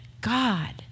God